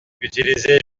utilisés